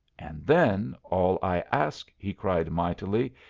and then, all i ask, he cried mightily,